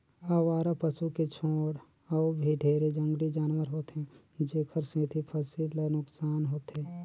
अवारा पसू के छोड़ अउ भी ढेरे जंगली जानवर होथे जेखर सेंथी फसिल ल नुकसान होथे